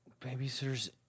Babysitter's